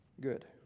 good